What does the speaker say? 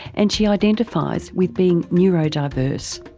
and she identifies with being neurodiverse.